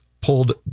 pulled